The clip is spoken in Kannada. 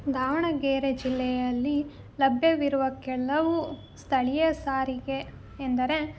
ದಾವಣಗೆರೆ ಜಿಲ್ಲೆಯಲ್ಲಿ ಲಭ್ಯವಿರುವ ಕೆಲವು ಸ್ಥಳೀಯ ಸಾರಿಗೆ ಎಂದರೆ